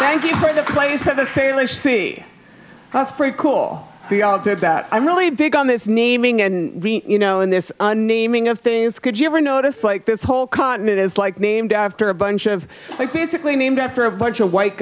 thank you for the place that the sailors see that's pretty cool we all did that i'm really big on this naming and you know in this naming of things could you ever notice like this whole continent is like named after a bunch of like basically named after a bunch of white